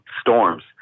storms